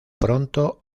pronto